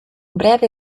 breve